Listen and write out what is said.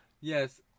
Yes